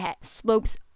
slopes